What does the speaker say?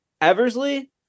Eversley